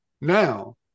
now